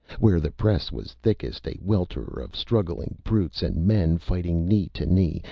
where the press was thickest, a welter of struggling brutes and men fighting knee to knee,